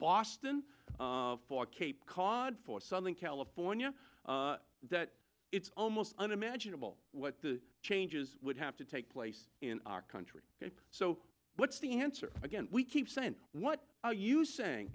boston for cape cod for southern california that it's almost unimaginable what the changes would have to take place in our country so what's the answer again we keep saying what are you saying